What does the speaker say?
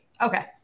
Okay